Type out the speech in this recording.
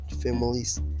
families